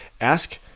Ask